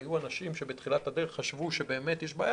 היו אנשים שבתחילת הדרך חשבו שבאמת יש בעיה